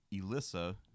Elissa